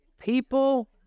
People